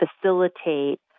facilitate